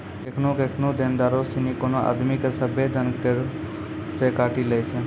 केखनु केखनु देनदारो सिनी कोनो आदमी के सभ्भे धन करो से काटी लै छै